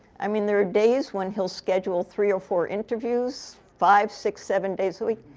i mean, there are days when he'll schedule three or four interviews, five, six, seven days a week.